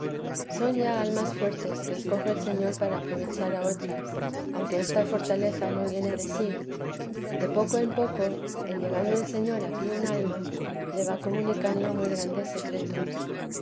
son ya almas fuertes que escoge el señor para aprovechar a otras aunque esta fortaleza no viene de sí de poco en poco en llegando el señor aquí un alma le va comunicando muy grandes secretos